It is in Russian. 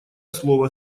слово